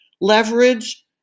Leverage